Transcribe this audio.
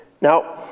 Now